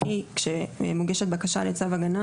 כאשר מוגשת בקשה לצו הגנה